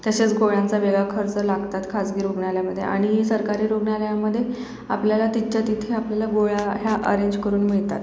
तसेच गोळ्यांचा वेगळा खर्च लागतात खाजगी रुग्णालयामध्ये आणि सरकारी रुग्णालयामध्ये आपल्याला तिथच्यातिथे आपल्याला गोळ्या ह्या अरेंज करून मिळतात